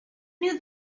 knew